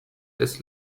des